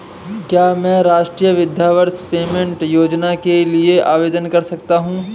क्या मैं राष्ट्रीय वृद्धावस्था पेंशन योजना के लिए आवेदन कर सकता हूँ?